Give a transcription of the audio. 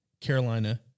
Carolina